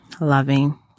loving